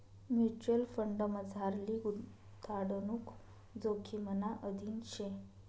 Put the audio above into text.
mutual फंडमझारली गुताडणूक जोखिमना अधीन शे